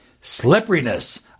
Slipperiness